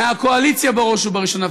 מהקואליציה בראש ובראשונה,